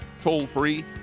toll-free